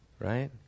right